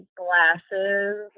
glasses